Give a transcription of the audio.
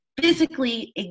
physically